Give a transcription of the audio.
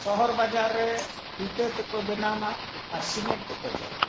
ᱥᱚᱦᱚᱨ ᱵᱟᱡᱟᱨ ᱨᱮ ᱤᱴᱟᱹ ᱛᱮᱠᱚ ᱵᱮᱱᱟᱣᱟ ᱟᱨ ᱥᱤᱢᱮᱱᱴ ᱛᱮᱠᱚ ᱡᱮᱨᱮᱲᱟ